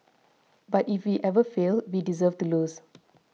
but if we ever fail we deserve to lose